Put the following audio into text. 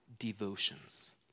devotions